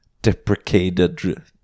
deprecated